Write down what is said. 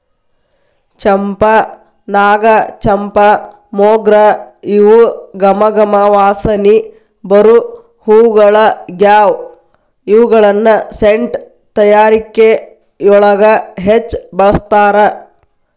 ಚಂಪಾ, ನಾಗಚಂಪಾ, ಮೊಗ್ರ ಇವು ಗಮ ಗಮ ವಾಸನಿ ಬರು ಹೂಗಳಗ್ಯಾವ, ಇವುಗಳನ್ನ ಸೆಂಟ್ ತಯಾರಿಕೆಯೊಳಗ ಹೆಚ್ಚ್ ಬಳಸ್ತಾರ